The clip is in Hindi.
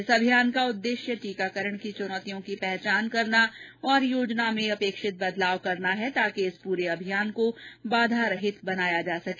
इस अभ्यास का उद्देश्य टीकाकरण की चुनौतियों की पहचान करना और योजना में अपेक्षित बदलाव करना है ताकि इस पूरे अभियान को बाधा रहित बनाया जा सके